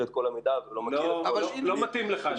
את כל המידע ולא מכיר את כל --- לא מתאים לך,